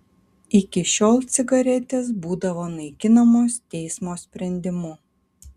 iki šiol cigaretės būdavo naikinamos teismo sprendimu